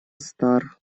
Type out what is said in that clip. стар